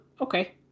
okay